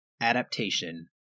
adaptation